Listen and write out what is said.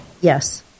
Yes